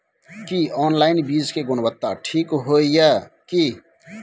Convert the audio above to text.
की online बीज के गुणवत्ता ठीक होय ये की?